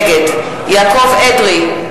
נגד יעקב אדרי,